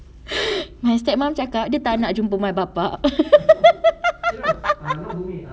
my step mum cakap dia tak nak jumpa my bapa